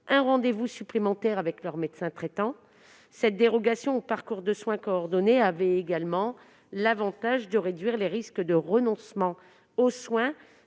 un rendez-vous préalable avec leur médecin traitant. Cette dérogation au parcours de soins coordonnés présentait également l'avantage de réduire le risque de renoncement aux soins,